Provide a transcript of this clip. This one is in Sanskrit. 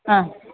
हा